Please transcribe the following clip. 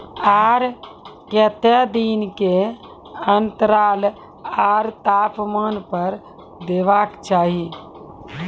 आर केते दिन के अन्तराल आर तापमान पर देबाक चाही?